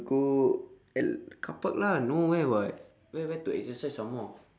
go at carpark lah nowhere [what] where where to exercise some more